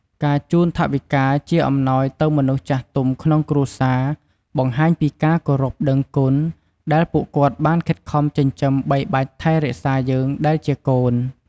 ការជូនថវិកាជាអំណោយទៅមនុស្សចាស់ទុំក្នុងគ្រួសារបង្ហាញពីការគោរពដឹងគុណ ដែលពួកគាត់បានខិតខំចិញ្ចឹមបីបាច់ថែរក្សាយើងដែលជាកូន។